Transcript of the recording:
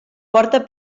porta